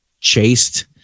chased